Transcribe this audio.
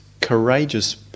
courageous